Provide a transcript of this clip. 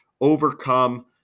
overcome